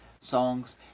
Songs